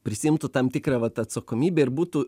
prisiimtų tam tikrą vat atsakomybę ir būtų